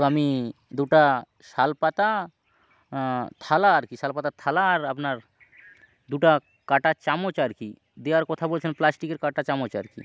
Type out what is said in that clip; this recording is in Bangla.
তো আমি দুটো শাল পাতার থালা আর কি শাল পাতার থালা আর আপনার দুটো কাঁটা চামচ আর কি দেওয়ার কথা বলছিলাম প্লাস্টিকের কাঁটা চামচ আর কি